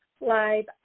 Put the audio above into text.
live